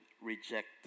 reject